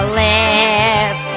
lift